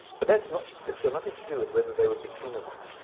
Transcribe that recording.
but that's not there's but nothing to do with whether they would be clean or not.